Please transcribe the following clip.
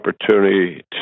opportunity